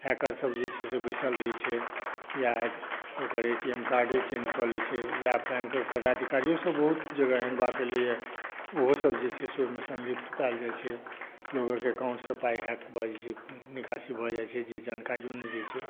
hacker सभ जे छै से बैसल रहै छै या ओकर ए टी एम कार्डे चेन्ज कऽ लै छै या बैंक क पदाधिकारियो सभ बहुत जगह एहन बात एलैया ओहो सभ जे छै से ओहिमे सन्लिप्त पायल जाइत छै लोकक अकाउन्ट सॅं पाई हैक भऽ जाइत छै निकासी भऽ जाइत छै जे जानकारियों नहि रहै छै